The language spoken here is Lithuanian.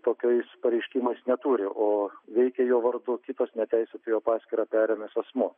tokiais pareiškimais neturi o veikia jo vardu kitas neteisėtai jo paskyrą perėmęs asmuo